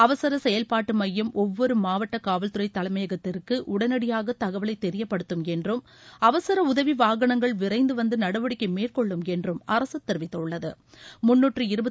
அவசர செயல்பாட்டு மையம் ஒவ்வொரு மாவட்ட காவல்துறை தலைமையகத்திற்கு உடனடியாக தகவலை தெரியப்படுத்தும் என்றும் அவசர உதவி வாகனங்கள் விரைந்து வந்து நடவடிக்கை மேற்கொள்ளும் என்றும் அரசு தெரிவித்துள்ளது